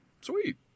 sweet